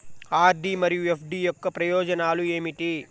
RD మరియు FD యొక్క ప్రయోజనాలు ఏమిటి?